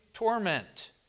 Torment